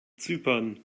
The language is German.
zypern